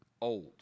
old